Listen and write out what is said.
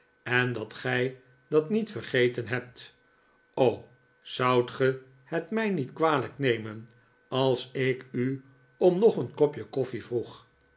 en dat gij dat niet vergeten hebt o zoudt ge het mij niet kwalijk nemen als ik u om nog een kopje koffie vroeg